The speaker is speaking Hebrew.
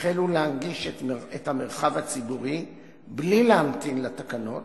החלו להנגיש את המרחב הציבורי בלי להמתין לתקנות.